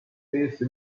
these